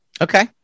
Okay